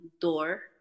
door